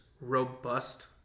robust